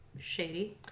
shady